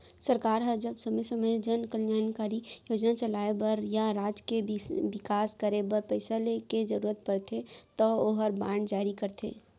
सरकार ह जब समे समे जन कल्यानकारी योजना चलाय बर या राज के बिकास करे बर पइसा के जरूरत परथे तौ ओहर बांड जारी करथे